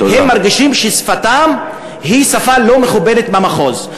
הם מרגישים ששפתם היא שפה לא מכובדת במחוז.